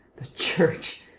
the church!